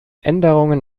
änderungen